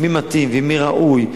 מי מתאים ומי ראוי,